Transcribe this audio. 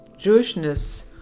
Jewishness